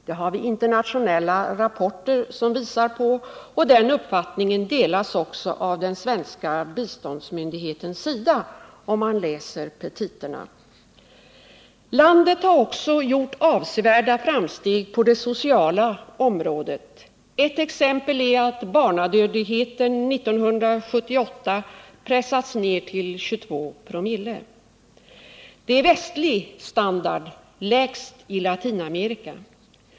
Denna uppfattning delas också av den svenska biståndsmyndigheten SIDA — det framgår om man läser dess petita. Landet har också gjort avsevärda framsteg på det sociala området. Ett exempel är att barnadödligheten 1978 pressats ner till 22 ?/oo. Det är västlig standard, lägst i Latinamerika.